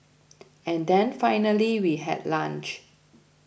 and then finally we had lunch